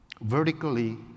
vertically